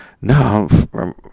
No